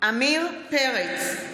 עמיר פרץ,